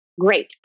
great